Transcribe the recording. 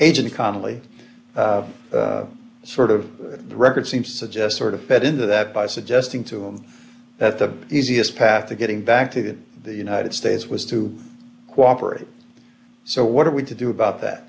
connelly sort of the record seems to suggest sort of fed into that by suggesting to him that the easiest path to getting back to the united states was to cooperate so what are we to do about that